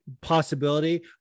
possibility